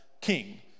king